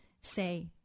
say